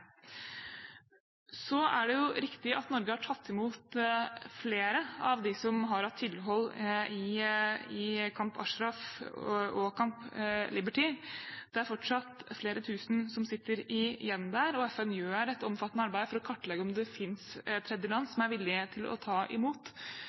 Så er det riktig at Norge har tatt imot flere av dem som har hatt tilhold i Camp Ashraf og Camp Liberty. Det er fortsatt flere tusen som sitter igjen der, og FN gjør et omfattende arbeid for å kartlegge om det finnes tredjeland